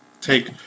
take